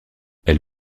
elle